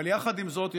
עם זאת,